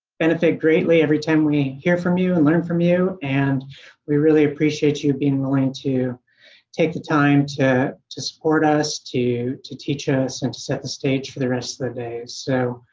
benefit greatly every time we hear from you and learn from you and we really appreciate you being willing to take the time to to support us, to to teach us and set the stage for the rest of the day. so